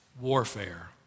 warfare